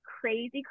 crazy